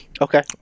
Okay